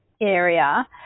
area